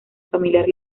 familiar